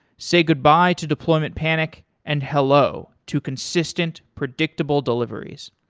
say goodbye to deployment panic and hello to consistent, predictable deliveries.